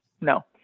No